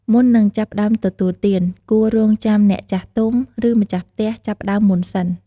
មុននឹងចាប់ផ្តើមទទួលទាន គួររង់ចាំអ្នកចាស់ទុំ ឬម្ចាស់ផ្ទះចាប់ផ្តើមមុនសិន។